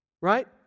Right